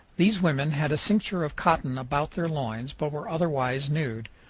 these women had a cincture of cotton about their loins, but were otherwise nude.